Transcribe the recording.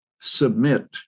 submit